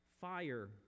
Fire